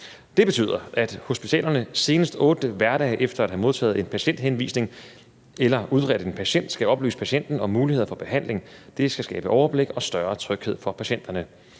Det betyder, at hospitalerne senest 8 hverdage efter at have modtaget en patienthenvisning eller udredt en patient skal oplyse patienten om muligheder for behandling. Det skal skabe overblik og større tryghed for patienterne.